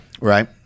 right